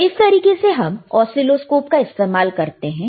तो इस तरीके से हम ऑसीलोस्कोप का इस्तेमाल करते हैं